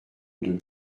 deux